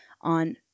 on